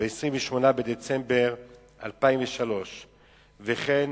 28 בדצמבר 2003. וכן